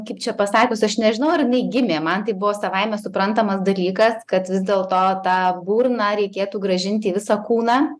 kaip čia pasakius aš nežinau ar jinai gimė man tai buvo savaime suprantama dalykas kad vis dėlto tą burną reikėtų grąžinti į visą kūną